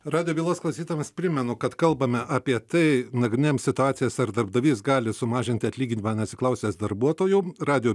radijo bylos klausytojams primenu kad kalbame apie tai nagrinėjam situacijas ar darbdavys gali sumažinti atlyginimą neatsiklausęs darbuotojų radijo